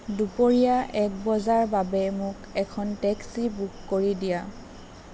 দুপৰীয়া এক বজাৰ বাবে মোক এখন টেক্সি বুক কৰি দিয়া